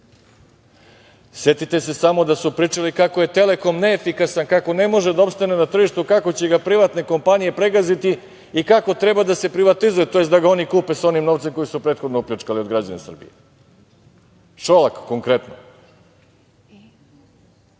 Setite se samo da su pričali kako je Telekom neefikasan, kako ne može da opstane na tržištu, kako će ga privatne kompanije pregaziti i kako treba da se privatizuje tj. da ga oni kupe sa onim novcem kojim su prethodno opljačkali od građana Srbije, Šolak konkretno,